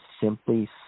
simply